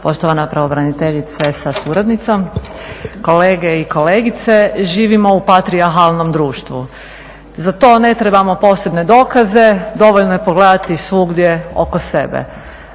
Poštovana pravobraniteljice sa suradnicom, kolege i kolegice. Živimo u patrijarhalnom društvu. Za to ne trebamo posebne dokaze, dovoljno je pogledati svugdje oko sebe.